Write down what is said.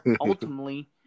ultimately